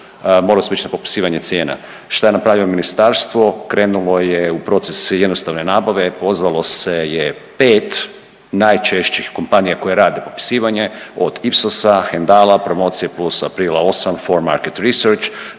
morali smo ići na popisivanje cijena. Šta je napravilo ministarstvo? Krenulo je u proces jednostavne nabave, pozvalo se je pet najčešćih kompanija koje rade popisivanje od Ipsos-a, Hendal-a, Promocije Plusa, Aprila 8, For Market Research